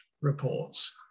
reports